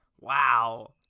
Wow